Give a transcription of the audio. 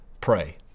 pray